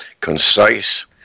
concise